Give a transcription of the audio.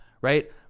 right